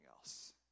else